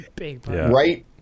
right